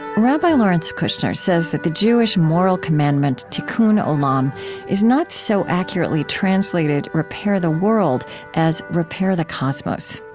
rabbi lawrence kushner says that the jewish moral commandment, tikkun olam is not so accurately translated repair the world as repair the cosmos.